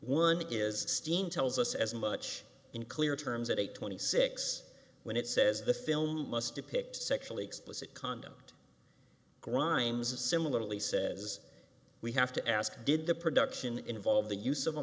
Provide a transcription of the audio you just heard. one is steam tells us as much in clear terms that eight twenty six when it says the film must depict sexually explicit conduct grimes of similarly says we have to ask did the production involve the use of a